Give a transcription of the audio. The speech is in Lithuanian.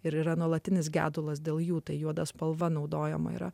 ir yra nuolatinis gedulas dėl jų tai juoda spalva naudojama yra